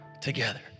together